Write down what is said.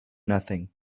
nothing